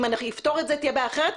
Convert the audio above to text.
אם תפתור את זה תהיה בעיה אחרת,